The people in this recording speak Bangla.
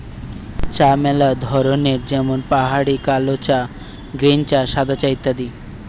চা ম্যালা ধরনের যেমন পাহাড়ি কালো চা, গ্রীন চা, সাদা চা ইত্যাদি